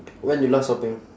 when you last shopping